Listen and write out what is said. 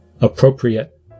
appropriate